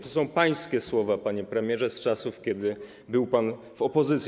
To są pańskie słowa, panie premierze, z czasów, kiedy był pan w opozycji.